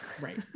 right